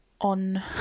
on